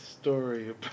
story